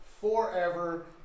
forever